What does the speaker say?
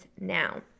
now